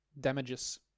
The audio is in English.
damages